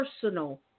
personal